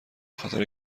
خاطر